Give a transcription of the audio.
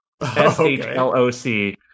s-h-l-o-c